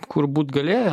kur būt galėjo